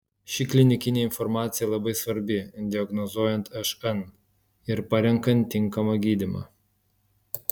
ši klinikinė informacija labai svarbi diagnozuojant šn ir parenkant tinkamą gydymą